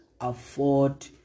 afford